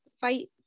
Fight